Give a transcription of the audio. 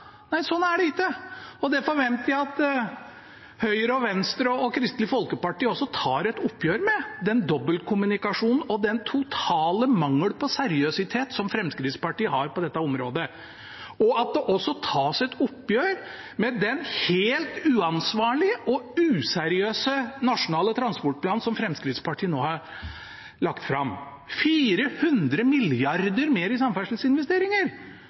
det forventer jeg at Høyre, Venstre og Kristelig Folkeparti også tar et oppgjør med: den dobbeltkommunikasjonen og den totale mangel på seriøsitet som Fremskrittspartiet har på dette området, og at det også tas et oppgjør med den helt uansvarlige og useriøse nasjonale transportplanen som Fremskrittspartiet nå har lagt fram. 400 mrd. kr mer i samferdselsinvesteringer